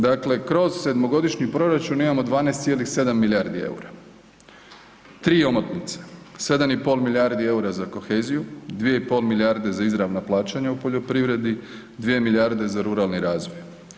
Dakle, kroz sedmogodišnji proračun imamo 12,7 milijardi EUR-a, 3 omotnice 7,5 milijardi EUR-a za koheziju, 2,5 milijarde za izravna plaćanja u poljoprivredi, 2 milijarde za ruralni razvoj.